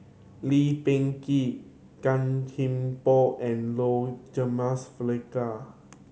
Lee Peh Gee Gan Thiam Poh and Low Jimenez Felicia